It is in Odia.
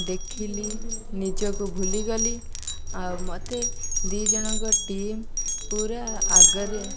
ଦେଖିଲି ନିଜକୁ ଭୁଲିଗଲି ଆଉ ମୋତେ ଦୁଇ ଜଣଙ୍କ ଟିମ୍ ପୁରା ଆଗରେ